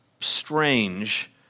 strange